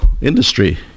industry